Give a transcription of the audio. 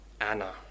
Anna